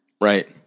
right